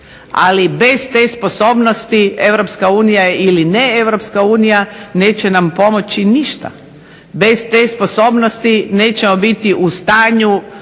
Ali bez te sposobnosti EU ili ne EU neće nam pomoći ništa. Bez te sposobnosti nećemo biti u stanju